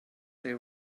they